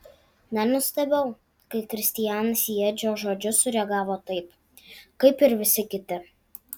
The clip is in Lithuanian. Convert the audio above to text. nenustebau kai kristianas į edžio žodžius sureagavo taip kaip ir visi kiti